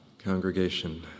Congregation